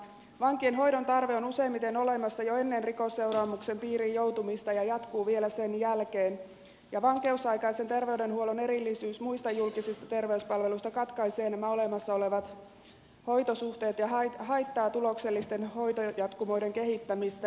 vankien hoidon tarve on useimmiten olemassa jo ennen rikosseuraamuksen piiriin joutumista ja jatkuu vielä sen jälkeen ja vankeusaikaisen terveydenhuollon erillisyys muista julkisista terveyspalveluista katkaisee nämä olemassa olevat hoitosuhteet ja haittaa tuloksellisten hoitojatkumoiden kehittämistä